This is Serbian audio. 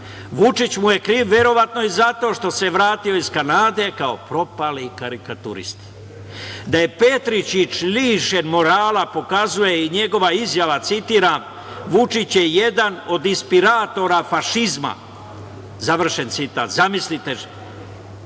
Vučić mu je kriv verovatno i za to što se vratio iz Kanade kao propali karikaturista. Da je Petričić lišen morala pokazuje i njegova izjava, citiram: „Vučić je jedan od inspiratora fašizma“, zamislite šta